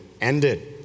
ended